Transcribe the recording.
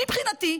"מבחינתי,